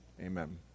amen